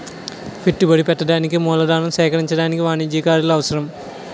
పెట్టుబడి పెట్టడానికి మూలధనం సేకరించడానికి వాణిజ్యకారులు అవసరం